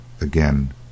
again